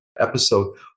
episode